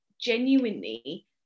genuinely